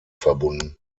verbunden